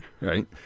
right